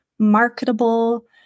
marketable